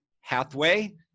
Hathaway